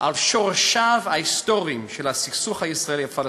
על שורשיו ההיסטוריים של הסכסוך הישראלי פלסטיני,